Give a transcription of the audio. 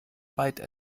byte